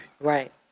Right